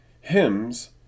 hymns